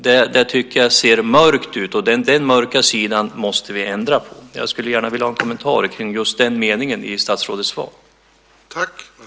Där tycker jag att det ser mörkt ut. Den mörka sidan måste vi ändra på. Jag skulle gärna vilja ha en kommentar kring just den meningen i statsrådets svar.